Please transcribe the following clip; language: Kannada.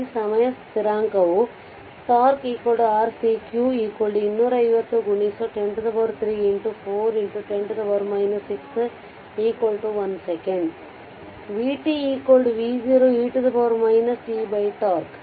ಈಗ ಸಮಯ ಸ್ಥಿರಾಂಕವು τ RCq 250 103 4 10 6 1ಸೆಕೆಂಡ್ vt v0 e tτ